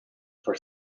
for